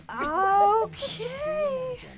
Okay